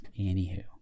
anywho